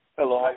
Hello